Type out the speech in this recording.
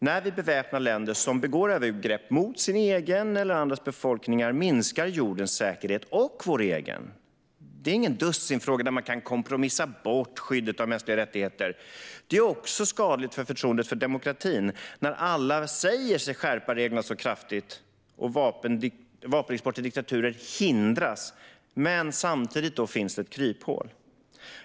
När vi beväpnar länder som begår övergrepp mot sin egen befolkning eller andras befolkningar minskar jordens och vår egen säkerhet. Det här är ingen dussinfråga där man kan kompromissa bort skyddet av mänskliga rättigheter. Det är också skadligt för förtroendet för demokratin när alla säger sig skärpa reglerna kraftigt och vapenexport till diktaturer hindras men det samtidigt finns ett kryphål.